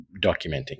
documenting